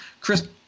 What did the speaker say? Chris